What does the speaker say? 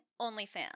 OnlyFans